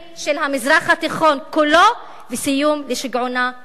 המזרח התיכון כולו וסיום שיגעונה של הכוחנות.